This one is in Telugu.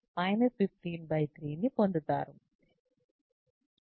ఇది ఒక ఎలిమెంట్ పాలినామియల్